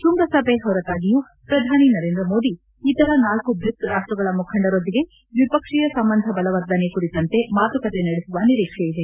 ಶೃಂಗಸಭೆ ಹೊರತಾಗಿಯೂ ಪ್ರಧಾನಿ ನರೇಂದ್ರ ಮೋದಿ ಇತರ ನಾಲ್ಕು ಬ್ರಿಕ್ಸ್ ರಾಷ್ಟ್ರಗಳ ಮುಖಂಡರೊಂದಿಗೆ ದ್ವಿಪಕ್ಷೀಯ ಸಂಬಂಧ ಬಲವರ್ಧನೆ ಕುರಿತಂತೆ ಮಾತುಕತೆ ನಡೆಸುವ ನಿರೀಕ್ಷೆ ಇದೆ